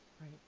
Right